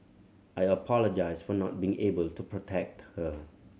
I apologised for not being able to protect her